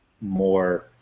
More